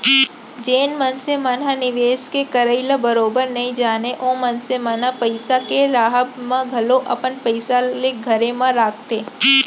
जेन मनसे मन ह निवेस के करई ल बरोबर नइ जानय ओ मनसे मन ह पइसा के राहब म घलौ अपन पइसा ल घरे म राखथे